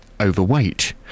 overweight